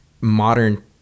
modern